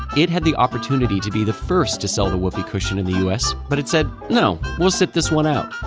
it had the opportunity to be the first to sell the whoopee cushion in the us, but it said, no. we'll sit this one out.